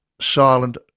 silent